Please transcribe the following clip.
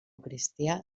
cristià